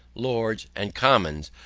lords and commons,